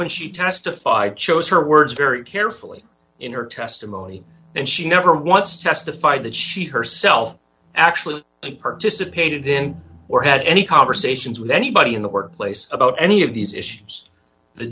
when she testified chose her words very carefully in her testimony and she never once testified that she herself actually participated in or had any conversations with anybody in the workplace about any of these issues the